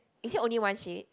is it only one sheet